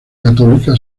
católica